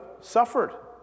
suffered